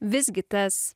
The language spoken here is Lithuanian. visgi tas